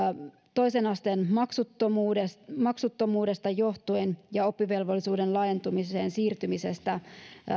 toisen asteen maksuttomuudesta maksuttomuudesta johtuvia ja oppivelvollisuuden laajentumiseen siirtymisestä